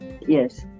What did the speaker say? Yes